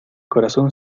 corazón